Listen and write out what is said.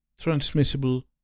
transmissible